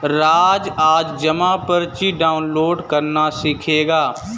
राज आज जमा पर्ची डाउनलोड करना सीखेगा